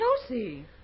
Lucy